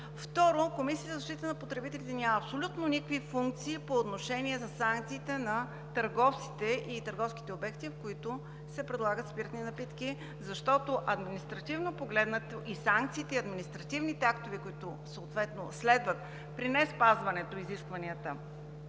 Второ, Комисията за защита на потребителите няма абсолютно никакви функции по отношение за санкциите на търговците и търговските обекти, в които се предлагат спиртни напитки, защото административно погледнато, и санкциите, и административните актове, които съответно следват при неспазването изискванията